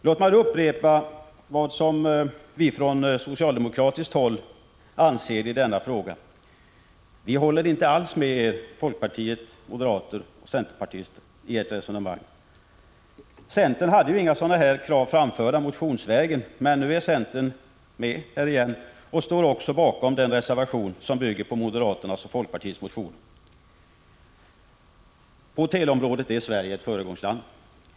Låt mig då upprepa vad vi från socialdemokratiskt håll anser i denna fråga. Vi håller inte alls med er folkpartister, moderater och centerpartister i ert resonemang. Centern hade ju inga sådana här krav framförda motionsvägen. Men nu är centern med igen och står också bakom den reservation som bygger på moderaternas och folkpartiets motioner. På teleområdet är Sverige ett föregångsland.